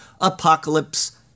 Apocalypse